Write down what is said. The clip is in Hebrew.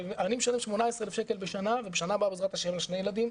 אני משלם 18,000 שקל בשנה ובשנה הבאה שני ילדים,